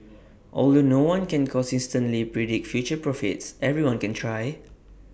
although no one can consistently predict future profits everyone can try